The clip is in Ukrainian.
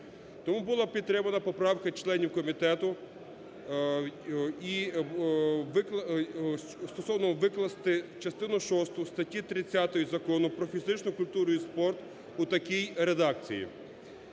Тому була підтримана поправка членів комітету стосовно викласти частину шосту статті 30 Закону про фізичну культуру і спорт у такій редакції: